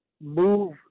move